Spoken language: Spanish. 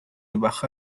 baja